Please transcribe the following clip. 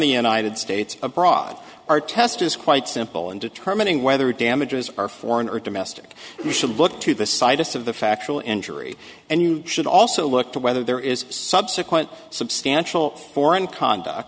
the united states abroad our test is quite simple in determining whether damages are foreign or domestic you should look to the scientists of the factual injury and you should also look to whether there is subsequent substantial foreign conduct